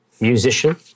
musician